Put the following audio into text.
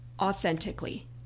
authentically